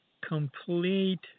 complete